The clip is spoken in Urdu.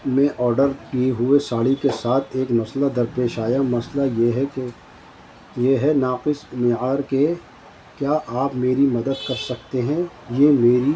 میں آرڈر کیے ہوے ساڑی کے ساتھ ایک مسئلہ درپیش آیا مسئلہ یہ ہے کہ یہ ہے ناقص معیار کے کیا آپ میری مدد کر سکتے ہیں یہ میری